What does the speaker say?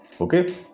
okay